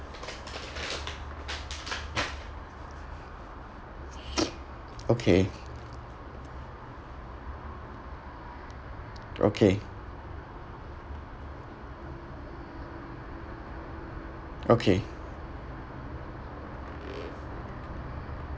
okay okay okay